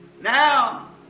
Now